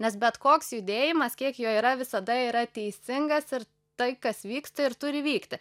nes bet koks judėjimas kiek jo yra visada yra teisingas ir tai kas vyksta ir turi vykti